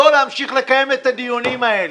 לא להמשיך לקיים את הדיונים האלה,